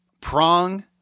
prong